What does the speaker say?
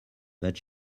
but